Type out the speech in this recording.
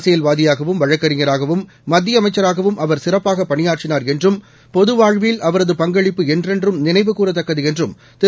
அரசியல் வாதியாகவும் வழக்கறிஞராகவும் மத்திய அமைச்சராகவும் அவர் சிறப்பாக பணியாற்றினார் என்றும் பொது வாழ்வில் அவரது பங்களிப்பு என்றென்றும் நினைவுகூரத்தக்கது என்றும் திரு